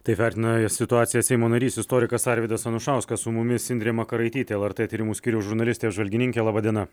taip vertina situaciją seimo narys istorikas arvydas anušauskas su mumis indrė makaraitytė lrt tyrimų skyriaus žurnalistė apžvalgininkė laba diena